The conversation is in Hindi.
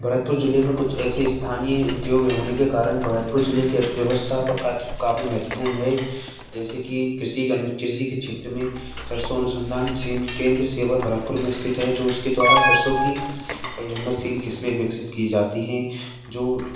भरतपुर ज़िले में कुछ ऐसे स्थानीय उद्योग हैं होने के कारण भरतपुर ज़िले के अर्थव्यवस्था पर काफ़ी काफ़ी महत्वपूर्ण है जैसे कि कृषि गानि कृषि के क्षेत्र में सरसों अनुसंधान सिंह केंद्र सेवा भरतपुर में स्थित है जो उसके द्वारा सरसों की कई उन्नतशील किस्में विकसित की जाती हैं जो